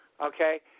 Okay